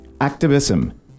activism